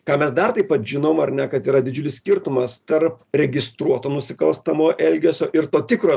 ką mes dar taip pat žinom ar ne kad yra didžiulis skirtumas tarp registruoto nusikalstamo elgesio ir to tikro